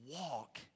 walk